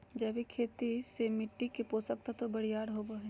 जैविक खेती से मिट्टी के पोषक तत्व बरियार होवो हय